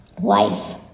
life